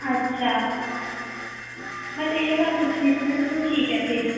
अच्छा ते एह् गल्ल पुच्छियै सनानी ठीक ऐ फिर